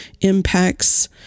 impacts